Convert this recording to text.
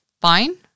fine